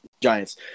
giants